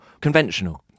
conventional